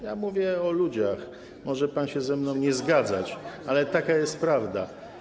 Ja mówię o ludziach, może pan się ze mną nie zgadzać, ale taka jest prawda.